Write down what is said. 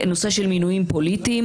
נושא של מינויים פוליטיים